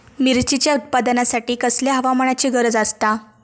मिरचीच्या उत्पादनासाठी कसल्या हवामानाची गरज आसता?